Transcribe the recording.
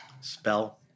Spell